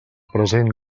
present